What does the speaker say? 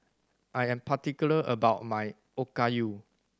I am particular about my Okayu